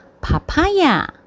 Papaya